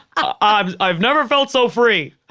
ah i've i've never felt so free.